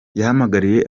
yahamagariye